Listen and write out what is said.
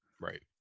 Right